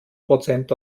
prozent